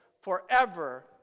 forever